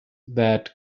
that